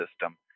system